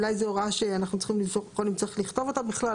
אולי זאת הוראה שאנחנו צריכים קודם כל לכתוב אותה בכלל,